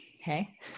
Okay